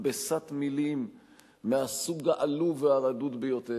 מכבסת מלים מהסוג העלוב והרדוד ביותר,